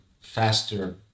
faster